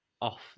Off